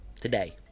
today